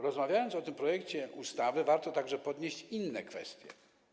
Rozmawiając o tym projekcie ustawy, warto także podnieść inne kwestie.